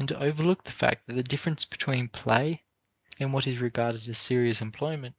and to overlook the fact that the difference between play and what is regarded as serious employment